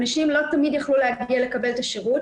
אנשים לא תמיד יכלו להגיע לקבל את השירות,